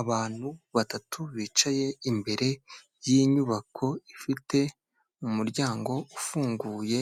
Abantu batatu bicaye imbere y'inyubako ifite umuryango ufunguye